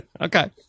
Okay